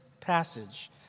passage